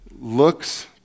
looks